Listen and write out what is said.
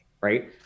right